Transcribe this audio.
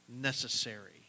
necessary